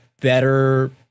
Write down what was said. better